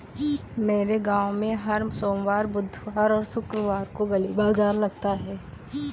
मेरे गांव में हर सोमवार बुधवार और शुक्रवार को गली बाजार लगता है